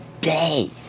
day